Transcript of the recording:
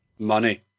money